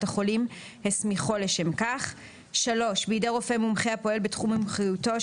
החולים הסמיכו לשם כך; בידי רופא מומחה הפועל בתחום מומחיותו,